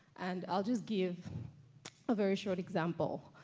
and i'll just give a very short example.